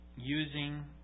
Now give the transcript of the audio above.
using